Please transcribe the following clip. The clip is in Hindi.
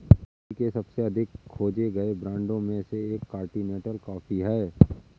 कॉफ़ी के सबसे अधिक खोजे गए ब्रांडों में से एक कॉन्टिनेंटल कॉफ़ी है